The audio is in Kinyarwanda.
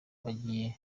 bagiye